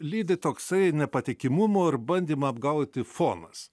lydi toksai nepatikimumo ir bandymo apgauti fonas